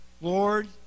Lord